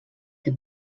que